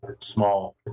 small